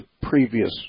previous